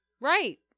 Right